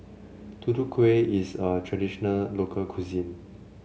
Tutu Kueh is a traditional local cuisine